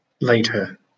later